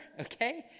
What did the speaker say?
okay